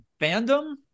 Fandom